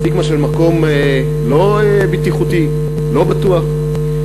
סטיגמה של מקום לא בטיחותי, לא בטוח.